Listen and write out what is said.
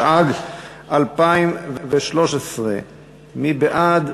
התשע"ג 2013. מי בעד?